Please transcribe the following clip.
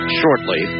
shortly